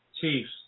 Chiefs